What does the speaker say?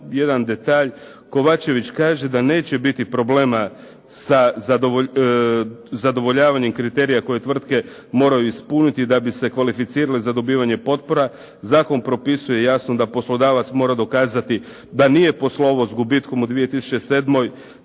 jedan detalj. Kovačević kaže da neće biti problema sa zadovoljavanjem kriterija koje tvrtke moraju ispuniti da bi se kvalificirali za dobivanje potpora. Zakon propisuje jasno da poslodavac mora dokazati da nije poslovao s gubitkom u 2007., da